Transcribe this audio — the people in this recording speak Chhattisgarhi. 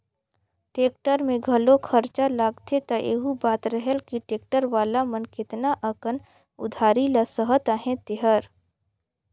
टेक्टर में घलो खरचा लागथे त एहू बात रहेल कि टेक्टर वाला मन केतना अकन उधारी ल सहत अहें तेहर